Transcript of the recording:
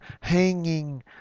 hanging